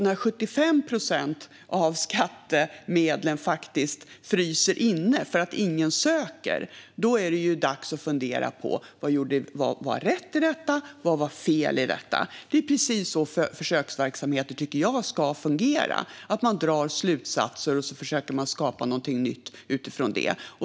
När 75 procent av skattemedlen faktiskt fryser inne för att ingen söker är det dags att fundera på: Vad var rätt i detta? Vad var fel i detta? Det är precis så jag tycker att försöksverksamheter ska fungera. Man drar slutsatser, och så försöker man skapa någonting nytt utifrån det.